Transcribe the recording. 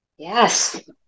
Yes